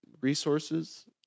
resources